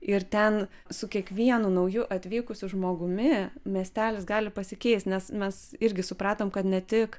ir ten su kiekvienu nauju atvykusiu žmogumi miestelis gali pasikeist nes mes irgi supratom kad ne tik